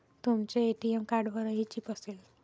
तुमच्या ए.टी.एम कार्डवरही चिप असेल